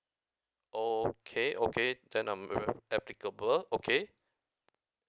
okay okay then I'm a~ a~ applicable okay